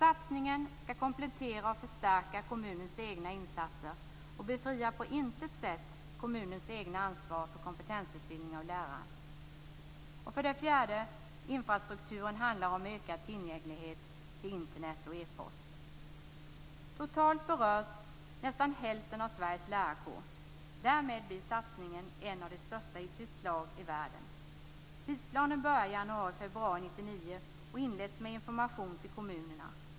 Satsningen skall komplettera och förstärka kommunens egna insatser och befriar på intet sätt från kommunens eget ansvar för kompetensutbildning av lärare. 4. Infrastrukturen handlar om ökad tillgänglighet till Totalt berörs nästan hälften av Sveriges lärarkår. Därmed blir satsningen en av de största i sitt slag i världen. Tidsplanen börjar januari/februari 1999 och inleds med information till kommunerna.